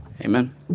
Amen